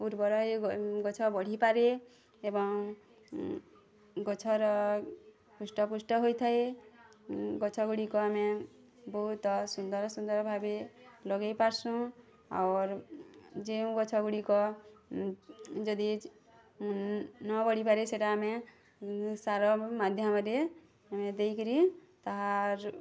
ଉର୍ବର ଏ ଗ ଗଛ ବଢ଼ି ପାରେ ଏବଂ ଗଛର ହୁଷ୍ଟ ପୁଷ୍ଟ ହୋଇଥାଏ ଗଛ ଗୁଡ଼ିକ ଆମେ ବହୁତ ସୁନ୍ଦର ସୁନ୍ଦର ଭାବେ ଲଗେଇ ପାରସୁଁ ଔର ଯେଉଁ ଗଛ ଗୁଡ଼ିକ ଯଦି ନ ବଢ଼ିପାରେ ସେଟା ଆମେ ସାର ମାଧ୍ୟମରେ ଦେଇକିରି ତାହାରୁ